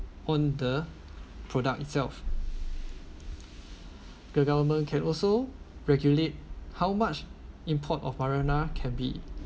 on the product itself the government can also regulate how much import of marijuana can be